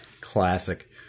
classic